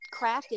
crafted